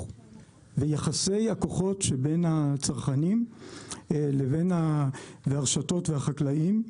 ויחסי הכוחות שבין הצרכנים לבין הרשתות והחקלאים,